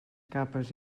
capes